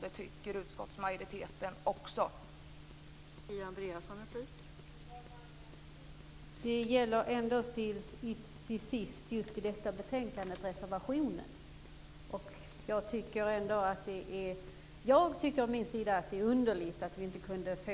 Det tycker utskottsmajoriteten också.